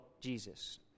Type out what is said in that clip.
Jesus